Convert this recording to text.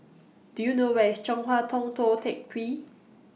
Do YOU know Where IS Chong Hua Tong Tou Teck Hwee